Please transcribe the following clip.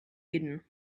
hidden